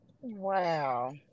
Wow